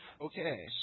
Okay